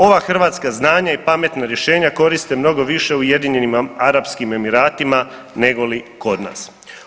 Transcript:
Ova hrvatska znanja i pametna rješenja koriste mnogo više Ujedinjenim Arapskim Emiratima negoli kod nas.